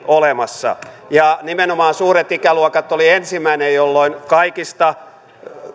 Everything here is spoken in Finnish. olemassa ja nimenomaan suuret ikäluokat oli ensimmäinen jolloin kaikista